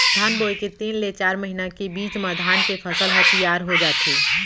धान बोए के तीन ले चार महिना के बीच म धान के फसल ह तियार हो जाथे